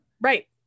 right